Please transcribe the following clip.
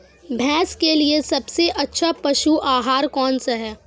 भैंस के लिए सबसे अच्छा पशु आहार कौनसा है?